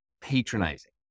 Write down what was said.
patronizing